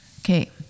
okay